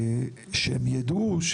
ושהם ידעו,